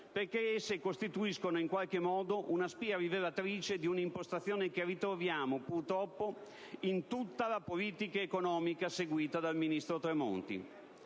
perché esse costituiscono in qualche modo una spia rivelatrice di un'impostazione che ritroviamo, purtroppo, in tutta la politica economica seguita dal ministro Tremonti.